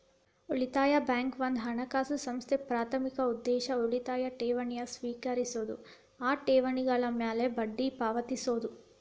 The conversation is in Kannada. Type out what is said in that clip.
ಉಳಿತಾಯ ಬ್ಯಾಂಕ್ ಒಂದ ಹಣಕಾಸು ಸಂಸ್ಥೆ ಪ್ರಾಥಮಿಕ ಉದ್ದೇಶ ಉಳಿತಾಯ ಠೇವಣಿನ ಸ್ವೇಕರಿಸೋದು ಆ ಠೇವಣಿಗಳ ಮ್ಯಾಲೆ ಬಡ್ಡಿ ಪಾವತಿಸೋದು